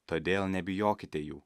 todėl nebijokite jų